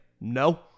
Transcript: no